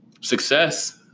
success